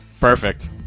Perfect